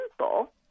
simple